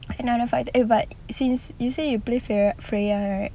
have another fighter eh but since you say you play freya freya right